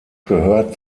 gehört